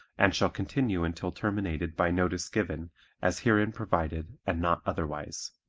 and shall continue until terminated by notice given as herein provided and not otherwise.